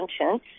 conscience